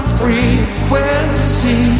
frequency